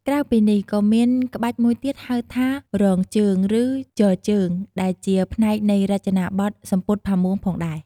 ក្រៅពីនេះ ក៏មានក្បាច់មួយទៀតហៅថា 'រងជើង' ឬ 'ជរជើង' ដែលជាផ្នែកនៃរចនាប័ទ្មសំពត់ផាមួងផងដែរ។